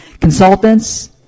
consultants